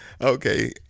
Okay